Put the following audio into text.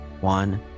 one